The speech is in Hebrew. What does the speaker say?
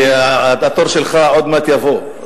התור שלך עוד מעט יבוא.